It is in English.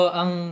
ang